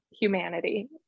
humanity